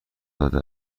داده